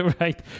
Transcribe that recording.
right